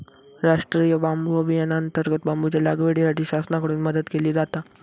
राष्टीय बांबू अभियानांतर्गत बांबूच्या लागवडीसाठी शासनाकडून मदत केली जाता